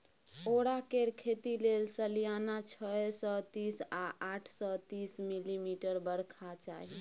औरा केर खेती लेल सलियाना छअ सय तीस सँ आठ सय तीस मिलीमीटर बरखा चाही